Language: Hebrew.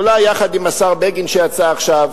אולי יחד עם השר בגין, שיצא עכשיו,